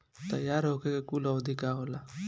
तैयार होखे के कूल अवधि का होला?